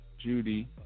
Judy